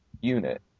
unit